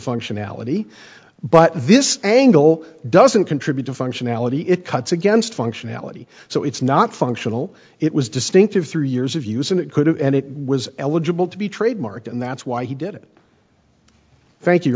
functionality but this angle doesn't contribute to functionality it cuts against functionality so it's not functional it was distinctive through years of use and it could have and it was eligible to be trademarked and that's why he did it thank you